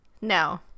no